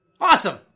Awesome